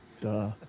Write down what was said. Duh